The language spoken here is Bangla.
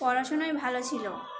পড়াশোনায় ভালো ছিল